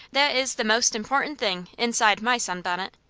that is the most important thing inside my sunbonnet.